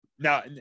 Now